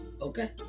okay